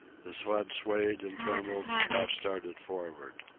the sled swayed and trembled, half-started forward.